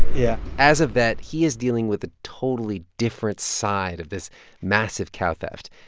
yeah as a vet, he is dealing with a totally different side of this massive cow theft.